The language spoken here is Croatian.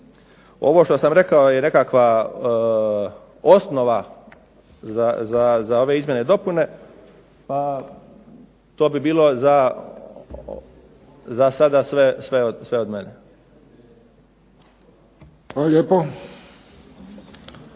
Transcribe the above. Ovo što sam rekao je nekakva osnova za ove izmjene i dopune, pa to bi bilo za sada sve od mene.